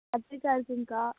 கத்திரிக்காய் இருக்குங்கக்கா